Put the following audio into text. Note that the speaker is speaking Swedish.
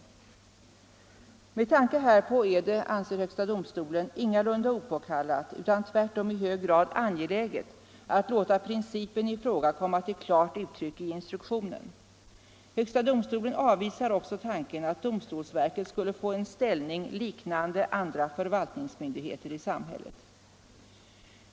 Med tanke härpå är det, anser högsta domstolen, ingalunda opåkallat utan tvärtom i hög grad angeläget att låta principen i fråga komma till klart uttryck i instruktionen. Högsta domstolen avvisar också tanken att domstolsverket skulle få en ställning liknande andra förvaltningsmyndigheters i samhället.